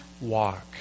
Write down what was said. walk